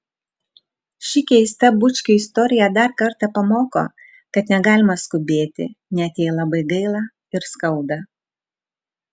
ši keista bučkių istorija dar kartą pamoko kad negalima skubėti net jei labai gaila ir skauda